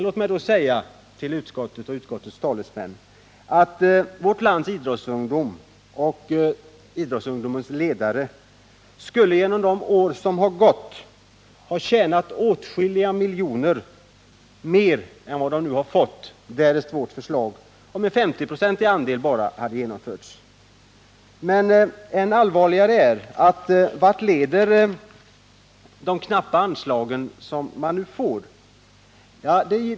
Låt mig då till utskottet och utskottets talesmän säga att vårt lands idrottsungdom och dess ledare under de år som har gått skulle ha tjänat åtskilliga miljoner mer än vad de nu har fått därest vårt förslag om bara en 50-procentig andel hade genomförts. Än allvarligare är de effekter som de knappa anslagen till idrottsrörelsen leder till.